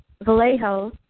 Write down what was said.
Vallejo